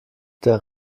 der